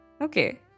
Okay